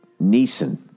Neeson